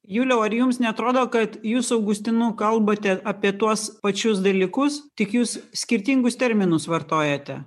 juliau ar jums neatrodo kad jūs su augustinu kalbate apie tuos pačius dalykus tik jūs skirtingus terminus vartojate